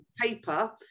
paper